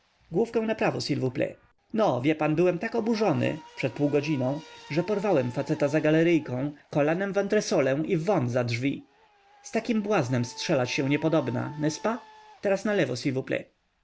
główkę na prawo s'il vous plait no wie pan byłem tak oburzony przed półgodziną że porwałem faceta za galeryjkę kolanem w antresolę i won za drzwi z takim błaznem strzelać się niepodobna n'est-ce pas teraz na